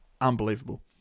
unbelievable